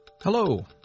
Hello